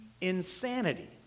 insanity